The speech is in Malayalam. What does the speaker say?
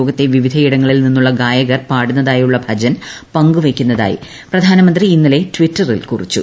ലോകത്തെ വിവിധയിടങ്ങളിൽ നിന്നുള്ള ഗായകർ പാടുന്നതായുള്ള ഭജൻ പങ്കുവയ്ക്കുന്നതായി പ്രധാനമന്ത്രി ഇന്നലെ ട്വിറ്ററിൽ കുറിച്ചു